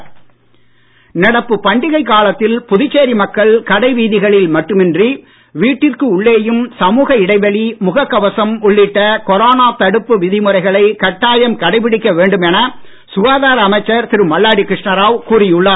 மல்லாடி நடப்பு பண்டிகை காலத்தில் புதுச்சேரி மக்கள் கடைவீதிகளில் மட்டுமின்றி வீட்டிற்கு உள்ளேயும் சமூக இடைவெளி முகக் கவசம் உள்ளிட்ட கொரோனா தடுப்பு விதிமுறைகளை கட்டாயம் கடைபிடிக்க வேண்டும் என சுகாதார அமைச்சர் திரு மல்லாடி கிருஷ்ணராவ் கூறி உள்ளார்